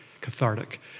cathartic